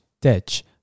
Ditch